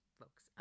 folks